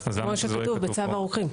כפי שכתוב בצו הרוקחים.